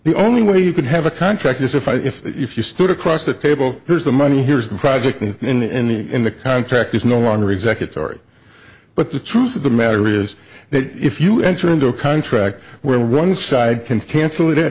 the only way you could have a contract is a fight if you stood across the table here's the money here's the project and in the in the contract is no longer executor but the truth of the matter is that if you enter into a contract where one side can cancel it it